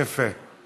יפה.